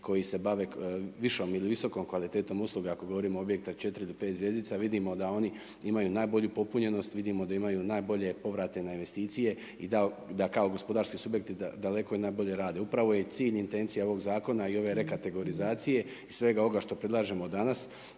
koji se bave višom ili visokom kvalitetom usluga ako govorimo o objektima 4 do 5 zvjezdica vidimo da oni imaju najbolju popunjenost, vidimo da imaju najbolje povrate na investicije i da kao gospodarski subjekti daleko najbolje rade. Upravo je i cilj i intencija ovoga Zakona i ove rekategorizacije i svega ovoga što predlažemo danas